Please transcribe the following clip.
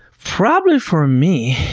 probably for me,